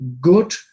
good